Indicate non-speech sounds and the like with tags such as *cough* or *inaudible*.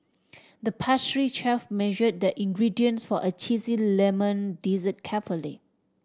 the pastry chef measured the ingredients for a *unintelligible* lemon dessert carefully